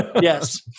Yes